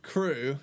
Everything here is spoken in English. Crew